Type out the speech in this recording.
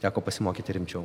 teko pasimokyti rimčiau